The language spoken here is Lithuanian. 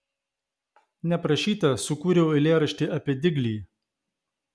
neprašyta sukūriau eilėraštį apie diglį